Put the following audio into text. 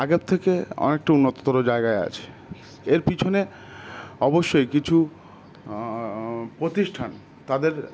আগের থেকে অনেকটা উন্নততর জায়গায় আছে এর পিছনে অবশ্যই কিছু প্রতিষ্ঠান তাদের